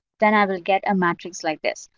then i will get a matrix like this.